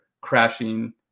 crashing